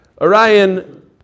Orion